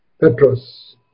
Petros